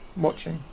watching